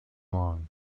long